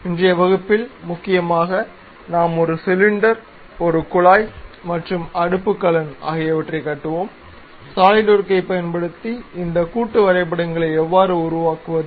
இன்றைய வகுப்பில் முக்கியமாக நாம் ஒரு சிலிண்டர் ஒரு குழாய் மற்றும் அடுப்புக்கலன் ஆகியவற்றைக் கட்டுவோம் சாலிட்வொர்க்கைப் பயன்படுத்தி இந்த கூட்டு வரைபடங்களை எவ்வாறு உருவாக்குவது